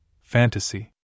fantasy